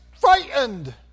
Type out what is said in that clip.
frightened